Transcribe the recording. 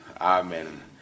Amen